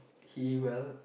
he will